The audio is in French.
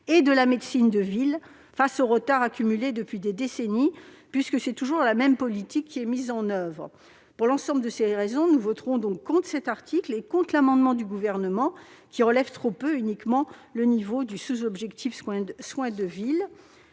et de la médecine de ville face aux retards accumulés depuis des décennies, puisque c'est toujours la même politique qui est mise en oeuvre. Pour l'ensemble de ces raisons, nous voterons donc contre cet article et contre l'amendement n° 1073 du Gouvernement, qui se contente de relever de façon insuffisante le niveau du sous-objectif « Dépenses